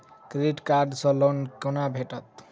Credit card सँ loan कोना भेटत?